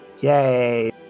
Yay